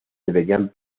deberían